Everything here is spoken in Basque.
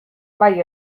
bai